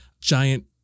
giant